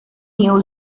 neo